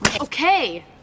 Okay